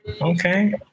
Okay